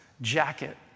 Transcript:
jacket